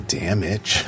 damage